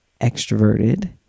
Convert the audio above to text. extroverted